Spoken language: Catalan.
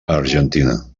argentina